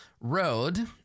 Road